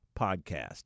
Podcast